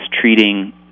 treating